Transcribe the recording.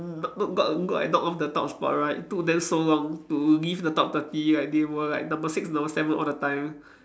got got got knocked off the top spot right took them so long to leave the top thirty like they were like number six number seven all the time